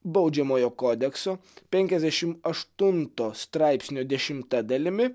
baudžiamojo kodekso penkiasdešimt aštunto straipsnio dešimta dalimi